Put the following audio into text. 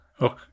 Okay